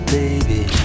baby